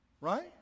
right